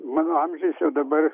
mano amžius jau dabar